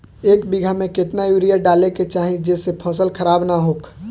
एक बीघा में केतना यूरिया डाले के चाहि जेसे फसल खराब ना होख?